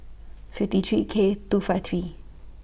fifty three K two five three